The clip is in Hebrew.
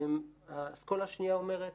והאסכולה השנייה אומרת: